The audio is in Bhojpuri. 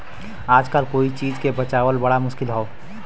आजकल कोई चीज के बचावल बड़ा मुश्किल हौ